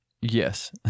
Yes